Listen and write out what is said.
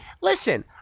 listen